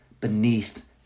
beneath